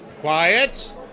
quiet